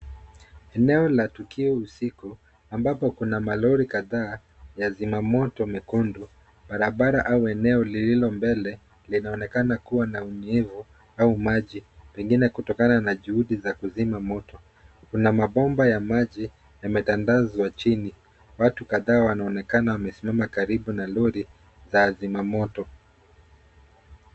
Eneo la tukio usiku ambapo kuna malori kadhaa ya zimamoto mekundu. Barabara au eneo lililo mbele linaonekana kuwa na unyevu au maji pengine kutokana na juhudi za kuzima moto. Kuna mabomba ya maji yametandazwa chini. Watu kadhaa wanaonekana wamesimama karibu na lori la zimamoto.